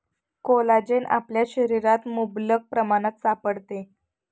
collagen आपल्या शरीरात मुबलक प्रमाणात सापडते